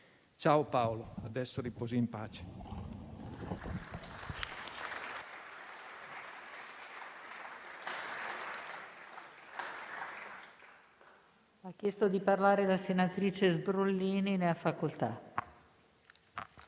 Ciao Paolo, adesso riposa in pace.